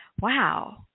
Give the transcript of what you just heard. wow